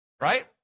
Right